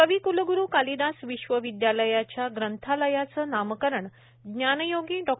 कविक्लग्रू कालिदास विश्वविद्यालयाच्या ग्रंथालयाचं नामकरण ज्ञानयोगी डॉ